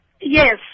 Yes